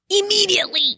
immediately